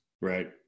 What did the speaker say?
Right